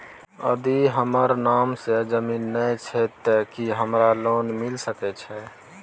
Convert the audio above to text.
यदि हमर नाम से ज़मीन नय छै ते की हमरा लोन मिल सके छै?